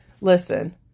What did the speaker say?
Listen